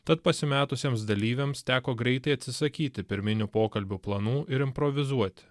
tad pasimetusiems dalyviams teko greitai atsisakyti pirminių pokalbių planų ir improvizuoti